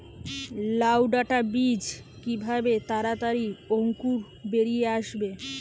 লাউ ডাটা বীজ কিভাবে তাড়াতাড়ি অঙ্কুর বেরিয়ে আসবে?